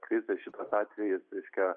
krizė šitas atvejis reiškia